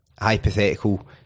Hypothetical